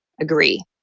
Agree